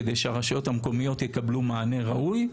כדי שהרשויות המקומיות יקבלו מענה ראוי.